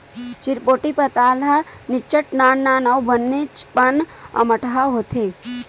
चिरपोटी पताल ह निच्चट नान नान अउ बनेचपन अम्मटहा होथे